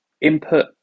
input